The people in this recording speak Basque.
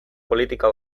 politika